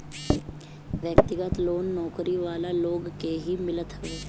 व्यक्तिगत लोन नौकरी वाला लोग के ही मिलत हवे